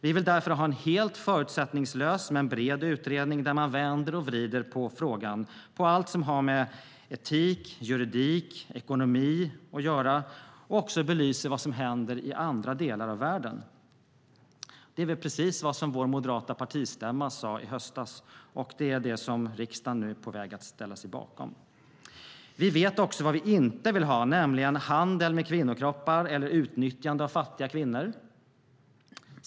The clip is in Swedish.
Vi vill därför ha en helt förutsättningslös och bred utredning där man vänder och vrider på frågan, på allt som har med etik, juridik och ekonomi att göra, och också belyser vad som händer i andra delar av världen. Det är precis vad vår moderata partistämma sade i höstas, och det är det som riksdagen nu är på väg att ställa sig bakom. Vi vet också vad vi inte vill ha, nämligen handel med kvinnokroppar eller utnyttjande av fattiga kvinnor.